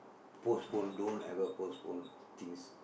postpone don't ever postpone things